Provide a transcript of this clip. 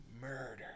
Murder